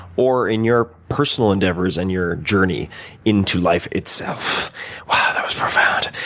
or in your personal endeavors and your journey into life itself. wow, that was profound.